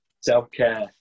Self-care